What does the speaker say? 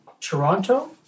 Toronto